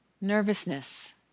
nervousness